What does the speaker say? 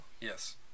Yes